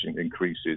increases